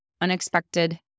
unexpected